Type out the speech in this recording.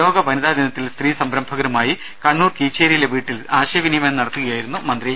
ലോക വനിതാ ദിനത്തിൽ സ്ത്രീ സംരംഭകരുമായി കണ്ണൂർ കീച്ചേരിയിലെ വീട്ടിൽ ആശയവിനിമയം നടത്തുകയായിരുന്നു മന്ത്രി